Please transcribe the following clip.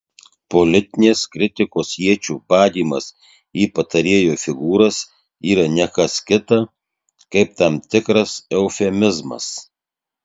politinės kritikos iečių badymas į patarėjų figūras yra ne kas kita kaip tam tikras eufemizmas